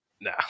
No